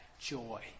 joy